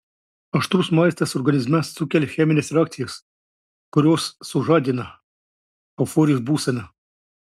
aštrus maistas organizme sukelia chemines reakcijas kurios sužadina euforijos būseną